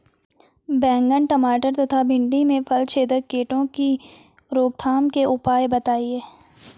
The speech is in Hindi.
बैंगन टमाटर तथा भिन्डी में फलछेदक कीटों की रोकथाम के उपाय बताइए?